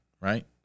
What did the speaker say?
right